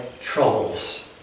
troubles